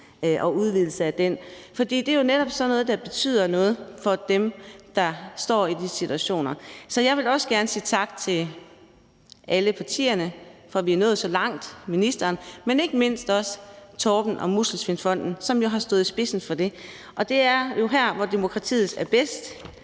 og udvidelsen af den, for det er jo netop sådan noget, der betyder noget for dem, der står i de situationer. Så jeg vil også gerne sige tak til alle partierne og ministeren for, at vi er nået så langt, men ikke mindst vil jeg takke Torben og Muskelsvindfonden, som jo har stået i spidsen for det. Og det er jo her, hvor demokratiet er bedst,